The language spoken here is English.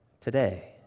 today